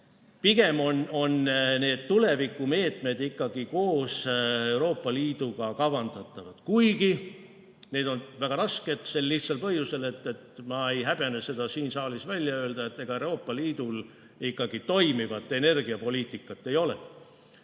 Pigem tuleb tulevikumeetmed koos Euroopa Liiduga kavandada. Need on küll väga rasked sel lihtsal põhjusel – ma ei häbene seda siin saalis välja öelda –, et ega Euroopa Liidul ikkagi toimivat energiapoliitikat ei ole.